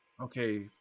Okay